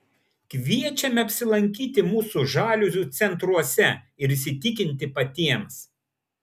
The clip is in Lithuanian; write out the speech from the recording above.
kviečiame apsilankyti mūsų žaliuzių centruose ir įsitikinti patiems